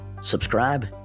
subscribe